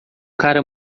cara